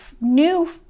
new